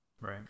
Right